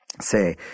Say